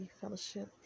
fellowship